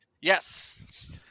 Yes